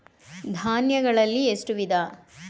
ಧಾನ್ಯಗಳಲ್ಲಿ ಎಷ್ಟು ವಿಧ?